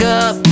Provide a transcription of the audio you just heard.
up